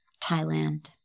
Thailand